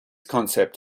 concept